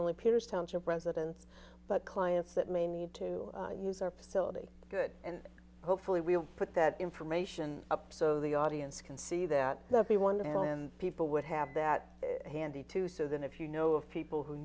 only peters township residents but clients that may need to use our facility good and hopefully we'll put that information up so the audience can see that the one hand people would have that handy too so that if you know of people who